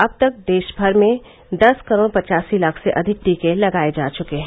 अब तक देशभर में दस करोड पचासी लाख से अधिक टीके लगाए जा चुके हैं